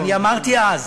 ואמרתי אז: